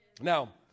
Now